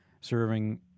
serving